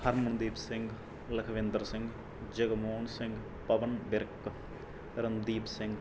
Harmandeep Singh Lakhwinder Singh Jagmohan Singh Pawan Virk Ramdeep Singh